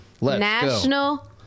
National